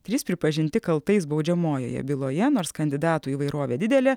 trys pripažinti kaltais baudžiamojoje byloje nors kandidatų įvairovė didelė